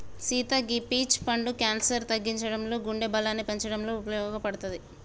సీత గీ పీచ్ పండు క్యాన్సర్ తగ్గించడంలో గుండె బలాన్ని పెంచటంలో ఉపయోపడుతది